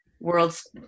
world's